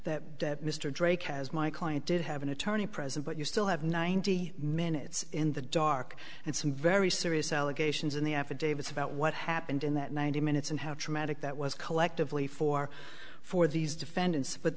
a that mr drake has my client did have an attorney present but you still have ninety minutes in the dark and some very serious allegations in the affidavits about what happened in that ninety minutes and have traumatic that was collectively for for these defendants but